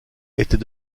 était